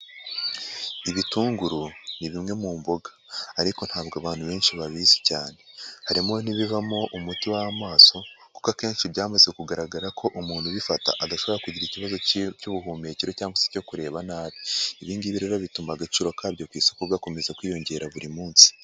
ibitunguru ni bimwe mu mboga ariko ntabwo abantu benshi babizi cyane, harimo n'ibivamo umuti w'amaso kuko akenshi byamaze kugaragara ko umuntu ubifata adashobora kugira ikibazo cy'ubuhumekero cyangwa se icyo kureba nabi, ibi nigbi rero bituma agaciro kabyo ku isoko gakomeza kwiyongera buri munsi.